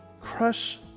crush